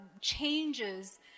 changes